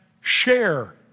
share